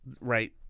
Right